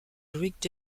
rick